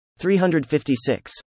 356